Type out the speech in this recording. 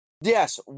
Yes